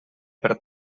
per